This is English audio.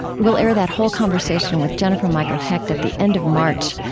we'll air that whole conversation with jennifer michael hecht at the end of march.